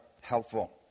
helpful